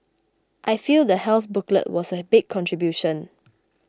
I feel the health booklet was a big contribution